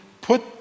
put